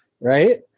Right